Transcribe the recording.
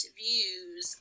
views